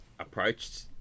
Approached